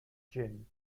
gin